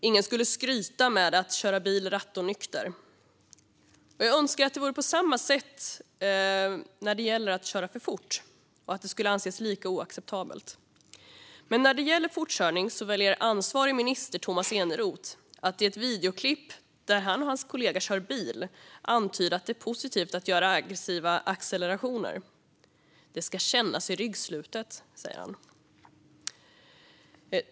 Ingen skulle skryta med att köra bil rattonykter. Jag önskar att det skulle anses lika oacceptabelt att köra för fort. Men när det gäller fortkörning väljer ansvarig minister, Tomas Eneroth, att i ett videoklipp där han och hans kollega kör bil antyda att det är positivt att göra aggressiva accelerationer. "Det ska kännas i ryggslutet", säger han.